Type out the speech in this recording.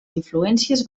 influències